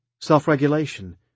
self-regulation